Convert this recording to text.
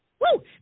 Woo